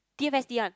D_M_S_T one